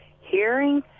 hearing